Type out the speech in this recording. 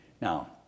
Now